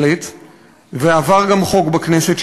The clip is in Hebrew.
ועבר גם חוק בכנסת,